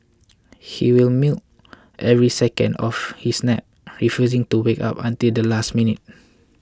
he will milk every second out of his nap refusing to wake up until the last minute